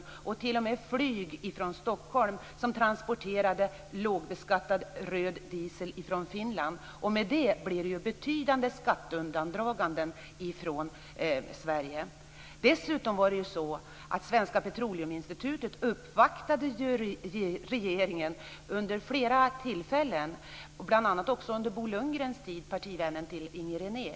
Det var t.o.m. flyg från Stockholm som transporterade lågbeskattad röd diesel från Finland, och det innebär betydande skatteundandraganden i Dessutom uppvaktade Svenska petroliuminstitutet regeringen vid flera tillfällen, bl.a. också under Bo Lundgrens - partivän till Inger René - tid.